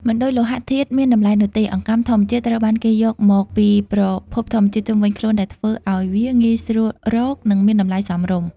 មិនដូចលោហៈធាតុមានតម្លៃនោះទេ អង្កាំធម្មជាតិត្រូវបានគេយកមកពីប្រភពធម្មជាតិជុំវិញខ្លួន ដែលធ្វើឲ្យវាងាយស្រួលរក និងមានតម្លៃសមរម្យ។